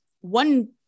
One